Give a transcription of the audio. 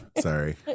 Sorry